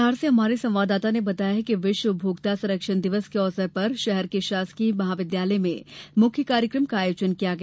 धार से हमारे संवाददाता ने बताया है कि विश्व उपभोक्ता संरक्षण दिवस के अवसर पर शहर के शासकीय महाविद्यालय में मुख्य कार्यक्रम का आयोजन किया गया